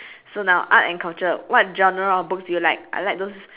so now art and culture what genre of books do you like I like those